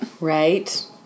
Right